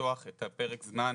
למתוח את פרק הזמן